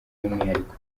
y’umwihariko